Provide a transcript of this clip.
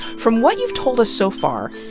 from what you've told us so far,